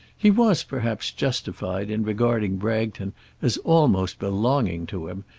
he was, perhaps, justified in regarding bragton as almost belonging to him,